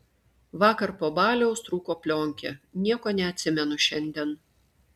vakar po baliaus trūko plionkė nieko neatsimenu šiandien